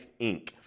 Inc